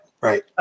right